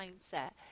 mindset